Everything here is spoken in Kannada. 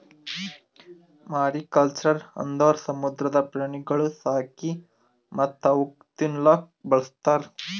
ಮಾರಿಕಲ್ಚರ್ ಅಂದುರ್ ಸಮುದ್ರದ ಪ್ರಾಣಿಗೊಳ್ ಸಾಕಿ ಮತ್ತ್ ಅವುಕ್ ತಿನ್ನಲೂಕ್ ಬಳಸ್ತಾರ್